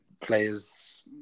players